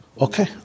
Okay